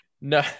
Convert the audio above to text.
No